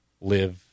live